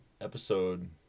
episode